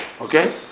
Okay